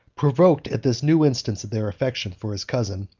provoked at this new instance of their affection for his cousin,